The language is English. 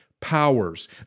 powers